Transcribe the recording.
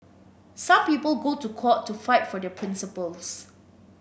some people go to court to fight for their principles